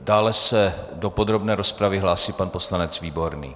Dále se do podrobné rozpravy hlásí pan poslanec Výborný.